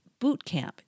bootcamp